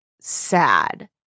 sad